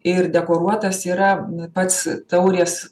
ir dekoruotas yra pats taurės